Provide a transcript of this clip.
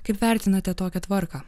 kaip vertinate tokią tvarką